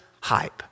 hype